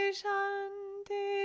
shanti